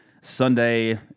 Sunday